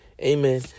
Amen